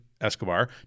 Escobar